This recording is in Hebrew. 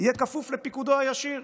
יהיה כפוף לפיקודו הישיר.